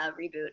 reboot